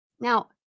Now